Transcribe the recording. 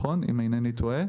אם אינני טועה,